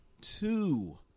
two